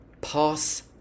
Pass